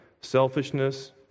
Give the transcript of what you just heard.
selfishness